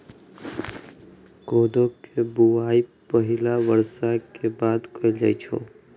कोदो के बुआई पहिल बर्षा के बाद कैल जाइ छै